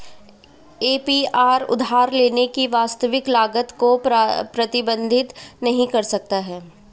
APR उधार लेने की वास्तविक लागत को प्रतिबिंबित नहीं कर सकता है